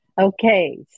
Okay